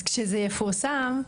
אז כשזה יפורסם,